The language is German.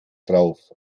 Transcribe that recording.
drauf